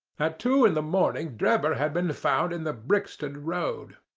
at two in the morning drebber had been found in the brixton road.